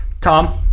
Tom